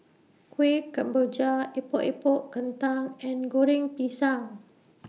Kueh Kemboja Epok Epok Kentang and Goreng Pisang